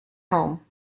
home